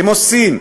כמו סין,